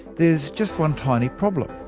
there is just one tiny problem.